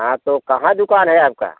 हाँ तो कहाँ दुकान है आपकी